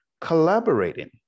collaborating